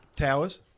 Towers